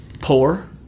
poor